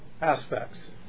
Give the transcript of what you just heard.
aspects